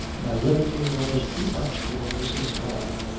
my levity was too much for mrs. fyne.